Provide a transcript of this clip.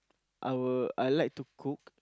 I will I like to cook